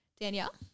Danielle